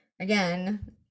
again